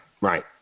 right